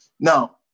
Now